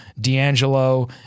D'Angelo